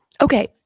okay